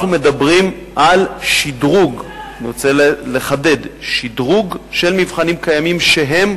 אנחנו מדברים על שדרוג של מבחנים קיימים שהם